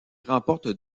remporte